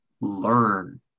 learn